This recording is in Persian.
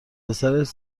پسرش